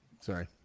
Sorry